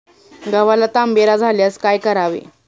गव्हाला तांबेरा झाल्यास काय करावे?